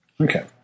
Okay